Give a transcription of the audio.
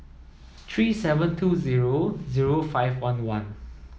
three seven two zero zero five one one